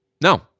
No